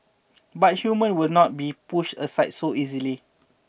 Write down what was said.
but human will not be pushed aside so easily